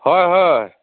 হয় হয়